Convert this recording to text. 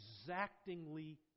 exactingly